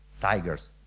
tigers